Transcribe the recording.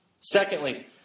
Secondly